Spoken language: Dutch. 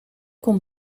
kon